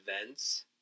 events